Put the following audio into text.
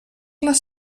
les